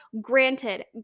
Granted